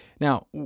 Now